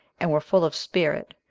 and were full of spirit,